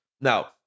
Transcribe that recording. Now